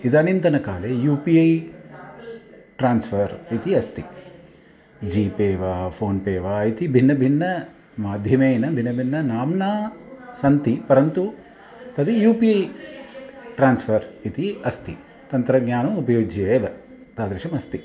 इदानिं तन काले यू पि ऐ ट्रान्स्फ़र् इति अस्ति जीपे वा फ़ोन्पे वा इति भिन्न भिन्न माध्यमेन भिन्न भिन्न नाम्ना सन्ति परन्तु तद् यू पि ट्रान्स्फ़र् इति अस्ति तन्त्रज्ञानम् उपयुज्य एव तादृशम् अस्ति